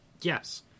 Yes